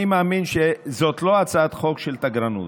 אני מאמין שזאת לא הצעת חוק של תגרנות,